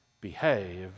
behave